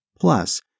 Plus